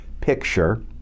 picture